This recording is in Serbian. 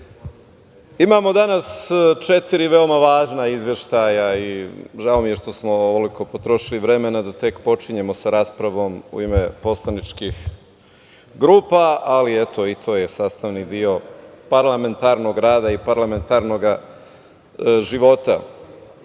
više. Imamo danas četiri veoma važna izveštaja i žao mi je što smo ovoliko potrošili vremena da tek počinjemo sa raspravom u ime poslaničkih grupa, ali i to je sastavni deo parlamentarnog rada i parlamentarnog